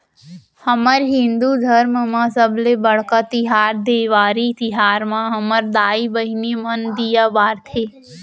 हमर हिंदू धरम म सबले बड़का तिहार देवारी तिहार म हमर दाई बहिनी मन दीया बारथे